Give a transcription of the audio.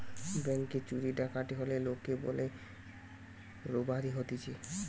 ব্যাংকে চুরি ডাকাতি হলে লোকে বলে রোবারি হতিছে